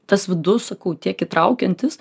tas vidus sakau tiek įtraukiantis